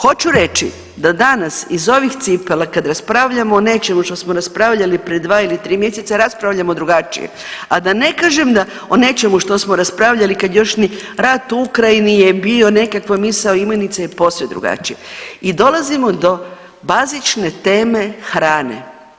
Hoću reći da danas iz ovih cipela kad raspravljamo o nečemu što smo raspravljali pred dva ili tri mjeseca raspravljamo drugačije, a da ne kažem da o nečemu što smo raspravljali kad još ni rat u Ukrajini je bio nekakva misao i imenica i posve drugačije i dolazimo do bazične teme hrane.